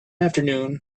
afternoon